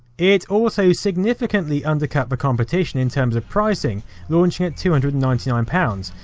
it also significantly undercut the competition in terms of pricing launching at two hundred and ninety nine pounds,